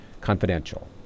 confidential